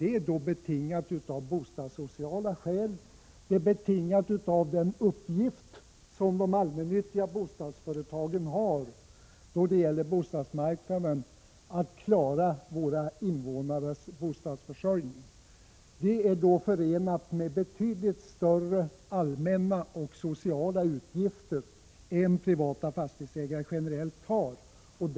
Detta är betingat av bostadssociala skäl och av den uppgift som de allmännyttiga bostadsföretagen har på bostadsmarknaden, nämligen att klara invånarnas bostadsförsörjning. Det är förenat med betydligt större allmänna och sociala utgifter än vad privata fastighetsägare generellt åtar sig.